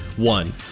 One